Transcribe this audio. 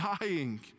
dying